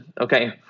Okay